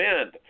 end